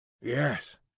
Yes